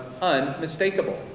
unmistakable